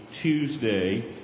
Tuesday